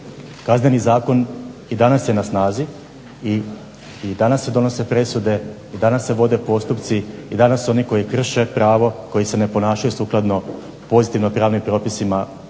kazneni zakon i danas je na snazi i danas se donose presude, danas se vode postupci i danas oni koji krše pravo koji se ne ponašaju sukladno pozitivno pravnim propisima